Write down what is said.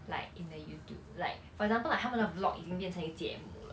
like in the youtube like for example like 他们的 vlog 已经变成一节目了